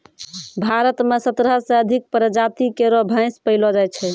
भारत म सत्रह सें अधिक प्रजाति केरो भैंस पैलो जाय छै